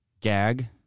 gag